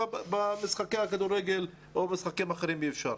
במשחקי כדורגל או משחקים אחרים אי-אפשר.